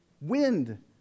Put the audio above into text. wind